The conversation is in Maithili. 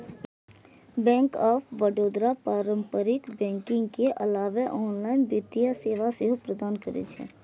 बैंक ऑफ बड़ौदा पारंपरिक बैंकिंग के अलावे ऑनलाइन वित्तीय सेवा सेहो प्रदान करै छै